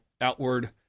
outward